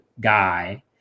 guy